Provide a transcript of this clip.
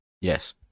Yes